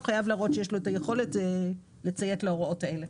הוא חייב להראות שיש לו את היכולת לציית להוראות האלה.